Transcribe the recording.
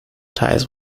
ties